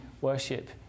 worship